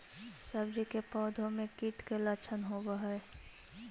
सब्जी के पौधो मे कीट के लच्छन होबहय?